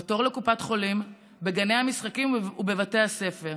בתור לקופת חולים, בגני המשחקים ובבתי הספר.